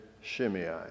Shimei